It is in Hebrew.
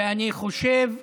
ואני חושב,